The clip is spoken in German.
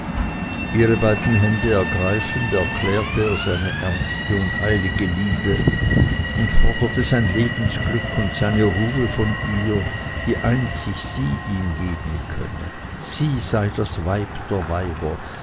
ihre beiden hände ergreifend erklärte er seine ernste und heilige liebe und forderte sein lebensglück und seine ruhe von ihr die einzig sie ihm geben könne sie sei das weib der weiber